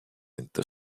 into